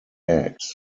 eggs